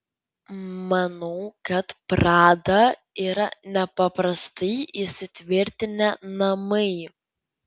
manau kad prada yra nepaprastai įsitvirtinę namai